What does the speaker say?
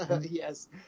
Yes